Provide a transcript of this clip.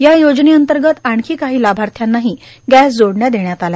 या योजनेअंतर्गत आणखी काही लाभार्थ्यांनाही गॅस जोडण्या देण्यात आल्या